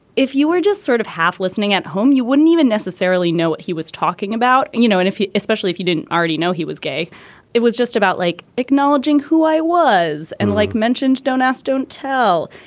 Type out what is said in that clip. if you were just sort of half listening at home you wouldn't even necessarily know what he was talking about. and you know and if especially if you didn't already know he was gay it was just about like acknowledging who i was and like mentioned don't ask don't tell.